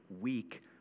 weak